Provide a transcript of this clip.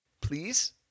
Please